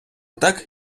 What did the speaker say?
так